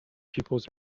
pupils